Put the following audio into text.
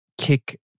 kick